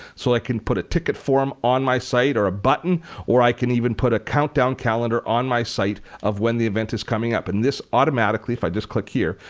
so i can put a ticket form on my site or a button or i can even put a countdown calendar on my site of when the event is coming up. and this automatically if i just click here,